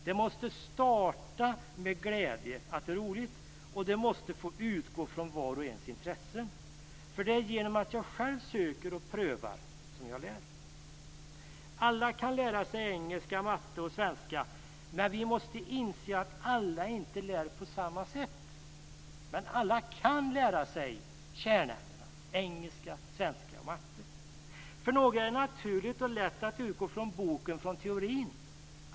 Det måste starta med glädje, att det är roligt, och det måste få utgå från var och ens intressen. Det är genom att jag själv söker och prövar som jag lär. Alla kan lära sig engelska, matte och svenska, men vi måste inse att alla inte lär på samma sätt. Men alla kan lära sig kärnämnena engelska, svenska och matte. För några är det naturligt och lätt att utgå från boken och teorin.